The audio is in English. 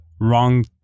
wrong